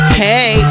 hey